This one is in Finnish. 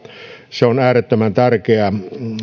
se on äärettömän tärkeää